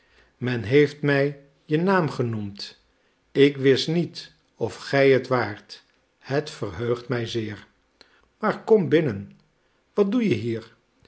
men heeft mij je naam genoemd ik wist niet of gij het waart het verheugt mij zeer maar kom binnen wat doe je hier